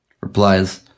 replies